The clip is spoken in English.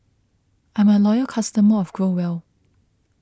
I'm a loyal customer of Growell